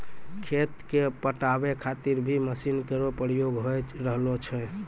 खेत क पटावै खातिर भी मसीन केरो प्रयोग होय रहलो छै